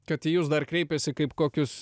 kad į jus dar kreipiasi kaip kokius